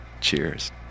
Cheers